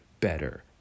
better